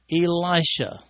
Elisha